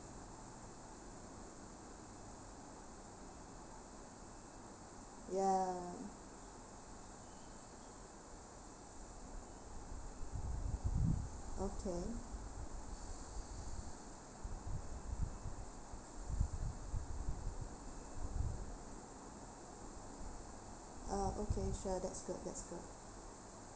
ya okay ah okay sure that's good that's good